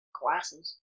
glasses